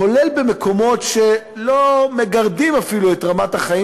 כולל במקומות שלא מגרדים אפילו את רמת החיים